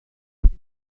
happy